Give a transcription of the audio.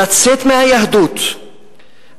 לצאת מהיהדות,